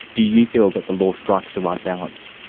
do you feel that the law strikes the right balance?